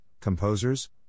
composers